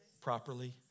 properly